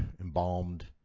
embalmed